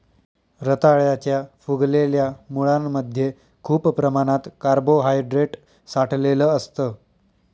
रताळ्याच्या फुगलेल्या मुळांमध्ये खूप प्रमाणात कार्बोहायड्रेट साठलेलं असतं